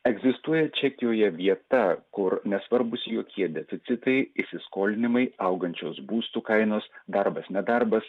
egzistuoja čekijoje vieta kur nesvarbūs jokie deficitai įsiskolinimai augančios būstų kainos darbas nedarbas